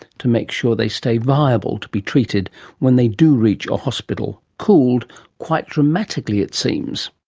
to make sure they stay viable to be treated when they do reach a hospital, cooled quite dramatically it seems.